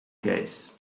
case